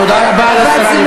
תודה רבה לשרה לבנת.